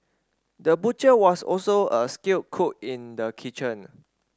the butcher was also a skilled cook in the kitchen